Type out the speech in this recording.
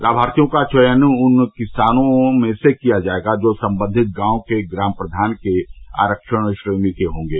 लामार्थियों का चयन उन किसानों में से किया जायेगा जो सम्बन्धित गांव के ग्राम प्रधान के आरक्षण श्रेणी के होंगे